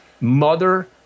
Mother